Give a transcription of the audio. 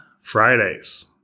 fridays